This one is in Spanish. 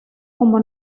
como